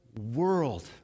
world